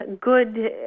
good